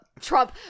Trump